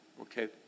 Okay